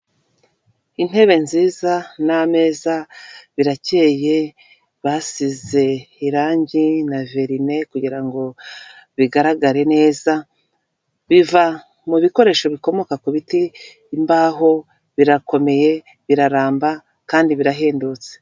Intebe nziza n'ameza, birakeye, basize irangi na verine kugira ngo bigaragare neza, biva mubi bikoresho bikomoka ku biti, imbaho, birakomeye, biraramba, kandi birahendutse.